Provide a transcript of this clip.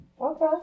Okay